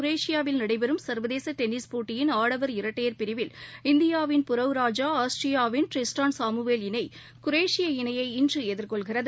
குரேஷியாவில் நடைபெறும் சா்வதேசடென்னிஸ் போட்டியின் ஆடவா் இரட்டையா் பிரிவில் இந்தியாவின் புரவ்ராஜா ஆஸ்தியாவின் ட்ரிஸ்டான் சாமுவேல் இணை குரேஷிய இணையை இன்றுஎதிர்கொள்கிறது